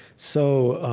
so